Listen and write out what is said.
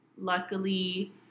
luckily